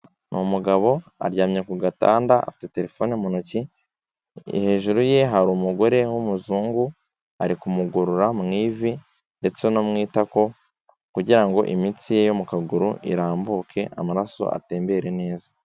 Ni umugabo aryamye ku gatanda afite telefone mu ntoki, hejuru ye hari umugore w'umuzungu, ari kumugorora mu ivi ndetse no mu itako, kugira ngo imitsi ye yo mu kaguru irambuke amaraso atembere neza.